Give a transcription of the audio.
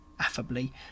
affably